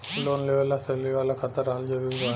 Loan लेवे ला salary वाला खाता रहल जरूरी बा?